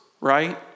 right